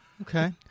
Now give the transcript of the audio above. okay